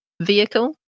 vehicle